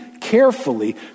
carefully